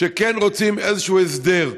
שכן רוצים איזשהו הסדר.